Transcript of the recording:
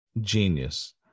genius